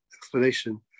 explanation